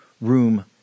room